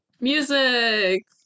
Music